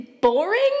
boring